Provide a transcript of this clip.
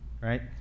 right